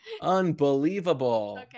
unbelievable